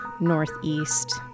northeast